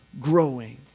growing